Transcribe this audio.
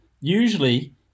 Usually